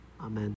Amen